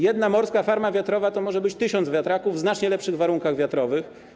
Jedna morska farma wiatrowa to może być 1000 wiatraków działających w znacznie lepszych warunkach wiatrowych.